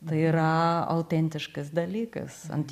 tai yra autentiškas dalykas ant